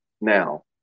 now